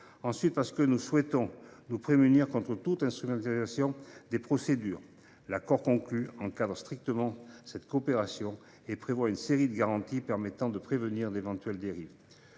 Ensuite, nous souhaitons nous prémunir contre toute instrumentalisation des procédures. À cet égard, l’accord conclu encadre strictement cette coopération et prévoit une série de garanties permettant de prévenir d’éventuelles dérives.